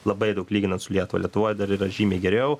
labai daug lyginant su lietuva lietuva dar yra žymiai geriau